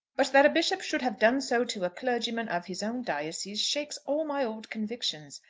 but that a bishop should have done so to a clergyman of his own diocese shakes all my old convictions.